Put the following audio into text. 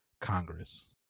Congress